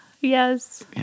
yes